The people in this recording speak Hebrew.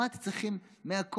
מה אתם צריכים מהכותל?